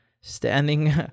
standing